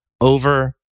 over